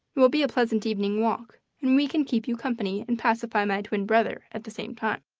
it will be a pleasant evening walk, and we can keep you company and pacify my twin brother at the same time.